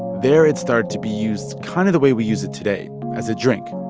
there it started to be used kind of the way we use it today as a drink.